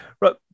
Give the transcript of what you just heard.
Right